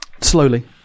slowly